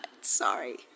sorry